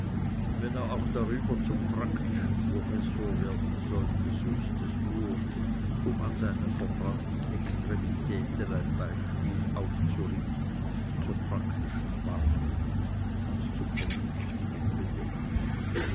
und wenn er auch darüber zum praktischen professor werden sollte so ist es nur um an seinen verbrannten extremitäten ein exempel aufzurichten zur praktischen warnung und zum vernünftigen bedenken